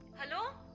hello.